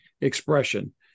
expression